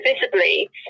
visibly